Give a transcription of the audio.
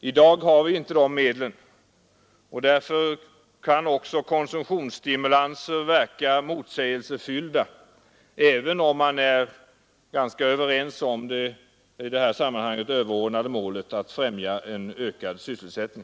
I dag har vi inte de medlen, och därför kan också konsumtionsstimulanser verka motsägelsefyllda, även om man är ganska överens om det i sammanhanget överordnade målet att främja en ökad sysselsättning.